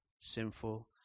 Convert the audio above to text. sinful